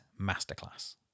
masterclass